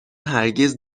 هرگز